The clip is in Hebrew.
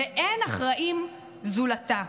ואין אחראים זולתה.